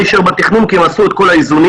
אישר בתכנון כי הם עשו את כל האיזונים,